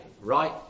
right